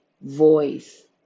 voice